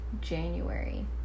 January